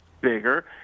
bigger